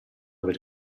per